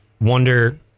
wonder –